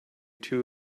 too